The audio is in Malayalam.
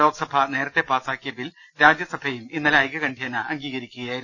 ലോക്സഭ നേരത്തെ പാസ്സാക്കിയ ബിൽ രാജ്യസഭയും ഇന്നലെ ഐക്യ കണ്ഠേന അംഗീകരിക്കുകയായിരുന്നു